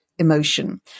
emotion